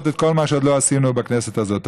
את כל מה שעוד לא עשינו בכנסת הזאת.